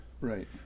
right